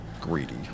greedy